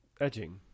edging